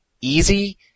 easy